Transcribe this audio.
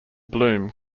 bloom